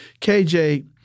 KJ